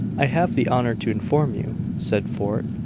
i have the honor to inform you, said fort,